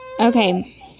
Okay